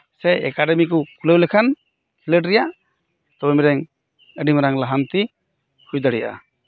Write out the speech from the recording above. ᱥᱮ ᱮᱠᱟᱰᱮᱢᱤ ᱠᱚ ᱠᱷᱩᱞᱟᱹᱣ ᱞᱮᱠᱷᱟᱱ ᱠᱷᱤᱞᱳᱰ ᱨᱮᱭᱟᱜ ᱛᱚᱢᱮᱨᱮᱝ ᱟᱹᱰᱤᱢᱟᱨᱟᱝ ᱞᱟᱦᱟᱱᱛᱤ ᱦᱩᱭ ᱫᱟᱲᱮᱭᱟᱜᱼᱟ